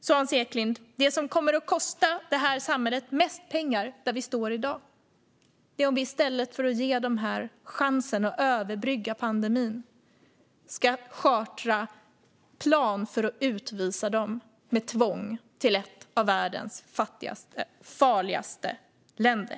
Hans Eklind, det som kommer att kosta detta samhälle mest pengar där vi står i dag är om vi i stället för att ge dessa ungdomar chansen att överbrygga pandemin ska chartra flygplan för att utvisa dem med tvång till ett av världens fattigaste och farligaste länder.